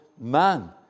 man